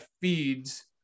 feeds